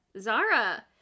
Zara